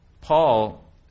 Paul